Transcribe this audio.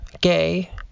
gay